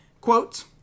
Quote